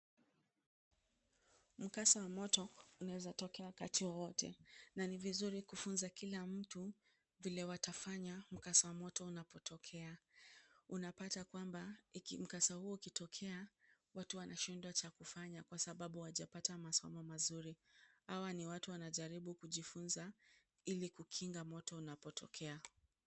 Mkasa wa moto, unaeza tokea wakati wowote, na ni vizuri kufunza kila mtu, vile watafanya, mkasa wa moto unapotokea, unapata kwamba, iki, mkasa huo ukitokea. Watu wanashindwa cha kufanya kwa sababu hawajapata masomo mazuri, hawa ni watu wanajaribu kujifunza ili kukinga moto unapotokea.